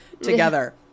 together